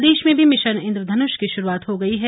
प्रदेश में भी मिशन इंद्रधन्ष की शुरुआत हो गई है